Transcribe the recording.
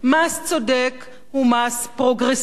מס צודק הוא מס פרוגרסיבי,